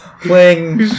playing